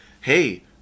Hey